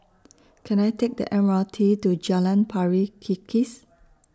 Can I Take The M R T to Jalan Pari Kikis